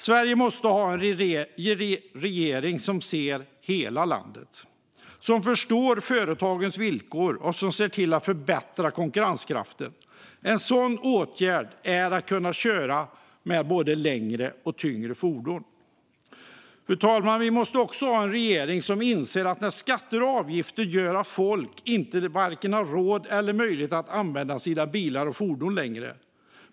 Sverige måste ha en regering som ser hela landet, som förstår företagens villkor och som ser till att förbättra konkurrenskraften. En sådan åtgärd är att kunna köra med både längre och tyngre fordon. Fru talman! Vi måste också ha en regering som inser att vi har skatter och avgifter som gör att folk varken har råd eller möjlighet att använda sina bilar och fordon längre.